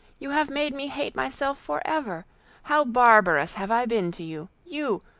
you have made me hate myself for ever how barbarous have i been to you you,